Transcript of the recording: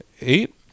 eight